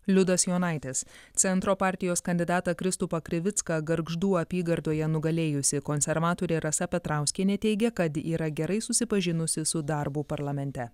liudas jonaitis centro partijos kandidatą kristupą krivicką gargždų apygardoje nugalėjusi konservatorė rasa petrauskienė teigia kad yra gerai susipažinusi su darbu parlamente